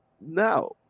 now